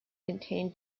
contain